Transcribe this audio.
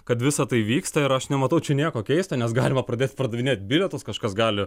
kad visa tai vyksta ir aš nematau čia nieko keista nes galima pradėt pardavinėt bilietus kažkas gali